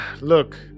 look